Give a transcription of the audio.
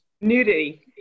Nudity